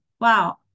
wow